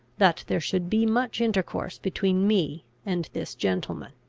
that there should be much intercourse between me and this gentleman.